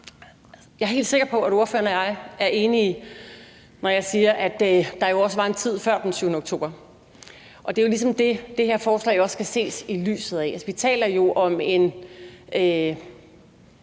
Jeg er helt sikker på, at ordføreren og jeg er enige, når jeg siger, at der jo også var en tid før den 7. oktober. Og det er ligesom det, det her forslag skal ses i lyset af. Altså, vi taler jo om en